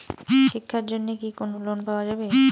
শিক্ষার জন্যে কি কোনো লোন পাওয়া যাবে?